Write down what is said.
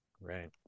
Right